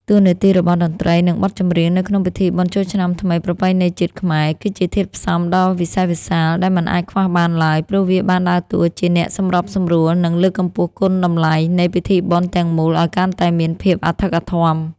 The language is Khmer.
តួនាទីរបស់តន្ត្រី និងបទចម្រៀងនៅក្នុងពិធីបុណ្យចូលឆ្នាំថ្មីប្រពៃណីជាតិខ្មែរ គឺជាធាតុផ្សំដ៏វិសេសវិសាលដែលមិនអាចខ្វះបានឡើយ ព្រោះវាបានដើរតួជាអ្នកសម្របសម្រួល និងលើកកម្ពស់គុណតម្លៃនៃពិធីបុណ្យទាំងមូលឱ្យកាន់តែមានភាពអធិកអធម។